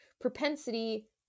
propensity